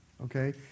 Okay